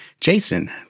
Jason